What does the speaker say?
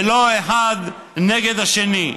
ולא אחד נגד השני.